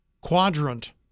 quadrant